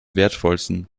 wertvollsten